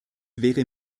wäre